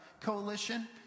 Coalition